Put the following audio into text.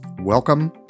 Welcome